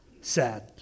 sad